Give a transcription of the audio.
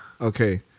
Okay